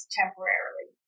temporarily